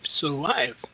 survive